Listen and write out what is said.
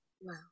Wow